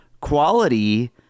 quality